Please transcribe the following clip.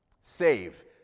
save